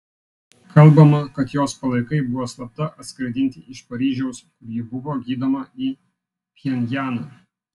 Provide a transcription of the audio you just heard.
kalbama kad jos palaikai buvo slapta atskraidinti iš paryžiaus kur ji buvo gydoma į pchenjaną